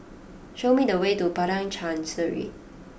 show me the way to Padang Chancery